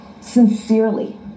sincerely